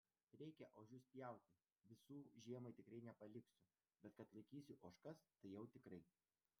reikia ožius pjauti visų žiemai tikrai nepaliksiu bet kad laikysiu ožkas tai jau tikrai